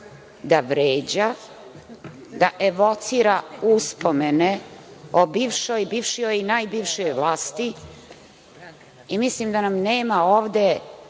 da vređa, da evocira uspomene o bivšoj, bivšijoj i najbivšijoj vlasti i mislim da nam nema ovde